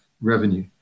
revenue